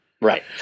Right